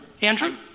Andrew